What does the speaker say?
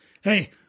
Hey